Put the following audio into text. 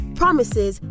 promises